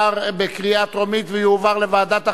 לדיון מוקדם בוועדת החינוך,